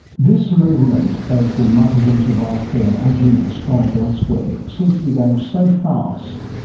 this movement, both with martin green's laboratory and, as you describe, elsewhere, seems to be going so fast.